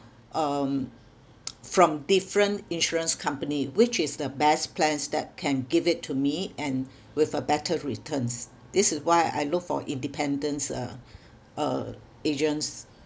um from different insurance company which is the best plans that can give it to me and with a better returns this is why I look for independence uh uh agents